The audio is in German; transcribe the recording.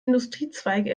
industriezweige